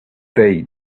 they